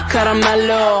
Caramello